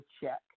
check